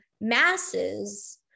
masses